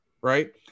Right